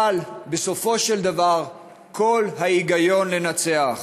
אבל בסופו של דבר קול ההיגיון ינצח.